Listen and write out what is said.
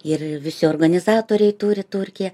ir visi organizatoriai turi turkija